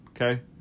Okay